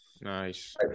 Nice